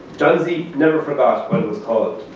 johnsey never forgot what it was called,